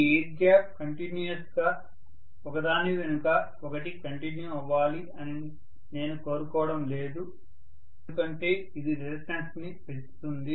ఈ air gap continuous ఒక దాని వెనుక ఒకటి కంటిన్యూ అవ్వాలి అని నేను కోరుకోవడం లేదు ఎందుకంటే ఇది రిలక్టన్స్ ని పెంచుతుంది